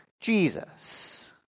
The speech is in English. Jesus